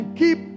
keep